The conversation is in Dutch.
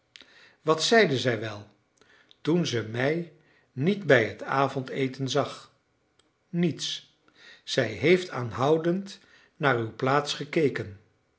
wat zeide zij wel toen ze mij niet bij het avondeten zag niets zij heeft aanhoudend naar uw plaats gekeken